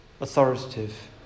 authoritative